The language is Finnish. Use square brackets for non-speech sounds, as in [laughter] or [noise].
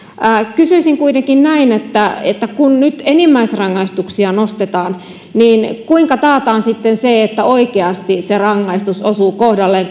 kysyisin kuitenkin näin että että kun nyt enimmäisrangaistuksia nostetaan niin kuinka taataan sitten se että oikeasti rangaistus osuu kohdalleen [unintelligible]